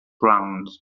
round